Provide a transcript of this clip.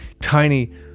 tiny